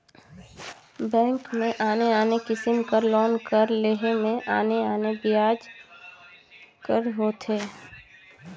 bank में आने आने किसिम कर लोन कर लेहे में आने आने बियाज दर होथे